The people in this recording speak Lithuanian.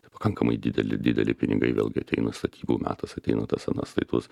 tai pakankamai dideli dideli pinigai vėlgi ateina statybų metas ateina tas anas tai tuos